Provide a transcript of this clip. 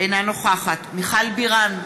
אינה נוכחת מיכל בירן,